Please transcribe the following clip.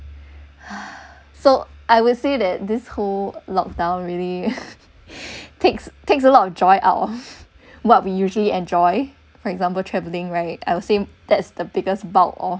so I will say that this whole lockdown really takes takes a lot of joy out of what we usually enjoy for example travelling right I would say that's the biggest bulk oh